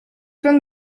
pan